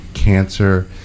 cancer